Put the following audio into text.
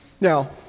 Now